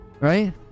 Right